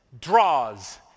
draws